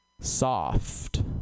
soft